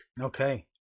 Okay